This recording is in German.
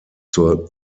zur